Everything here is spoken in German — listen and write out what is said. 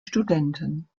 studenten